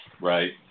Right